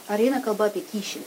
ar eina kalba apie kyšį